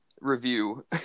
review